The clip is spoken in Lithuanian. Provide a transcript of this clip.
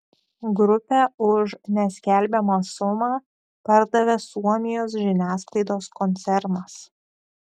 grupę už neskelbiamą sumą pardavė suomijos žiniasklaidos koncernas